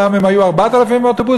פעם הם היו 4,000 אוטובוסים,